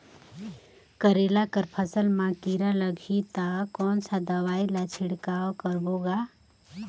करेला कर फसल मा कीरा लगही ता कौन सा दवाई ला छिड़काव करबो गा?